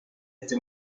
este